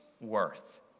worth